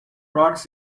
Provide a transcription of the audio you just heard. rocks